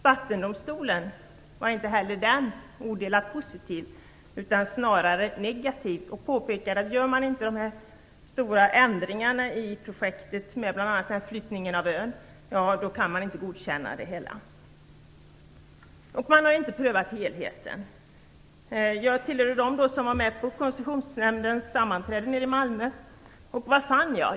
Vattendomstolen var inte heller odelat positiv utan snarare negativ och påpekade att gör man inte de stora ändringarna i projektet, bl.a. gällde det flyttningen av ön i fråga, kan man inte godkänna det hela. Vidare har man inte prövat helheten. Jag tillhör dem som var med på Koncessionsnämndens sammanträde i Malmö. Vad fann jag?